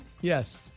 Yes